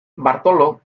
bartolo